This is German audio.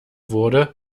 wurde